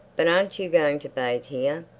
but aren't you going to bathe here?